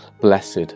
blessed